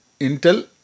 Intel